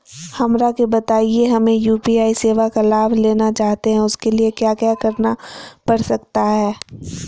हमरा के बताइए हमें यू.पी.आई सेवा का लाभ लेना चाहते हैं उसके लिए क्या क्या करना पड़ सकता है?